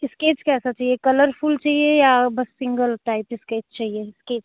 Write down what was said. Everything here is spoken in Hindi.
इस्केच कैसा चाहिए कलरफुल चाहिए या बस सिंगल टाइप इस्केच चाहिए इस्केच